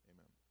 Amen